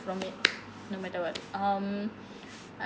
from it no matter what um